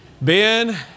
Ben